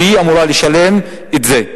והיא אמורה לשלם את זה.